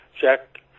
Jack